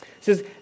says